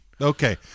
Okay